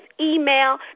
email